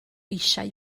eisiau